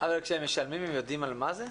‏אבל כשהם משלמים הם יודעים על מה זה?